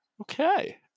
Okay